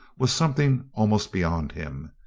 was something almost beyond him.